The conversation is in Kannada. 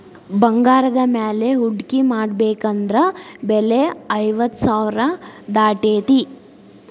ಬಂಗಾರದ ಮ್ಯಾಲೆ ಹೂಡ್ಕಿ ಮಾಡ್ಬೆಕಂದ್ರ ಬೆಲೆ ಐವತ್ತ್ ಸಾವ್ರಾ ದಾಟೇತಿ